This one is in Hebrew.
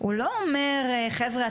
הוא לא אומר 'חבר'ה,